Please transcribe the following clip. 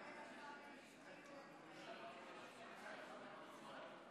בעד הצעת חוק התרבות והאומנות הצביעו 38 חברי כנסת,